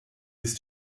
bis